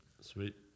Sweet